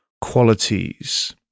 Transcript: qualities